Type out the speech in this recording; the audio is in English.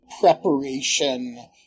preparation